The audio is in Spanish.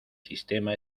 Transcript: sistema